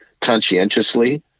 conscientiously